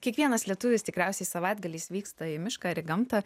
kiekvienas lietuvis tikriausiai savaitgaliais vyksta į mišką ar į gamtą